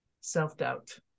self-doubt